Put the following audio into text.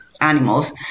animals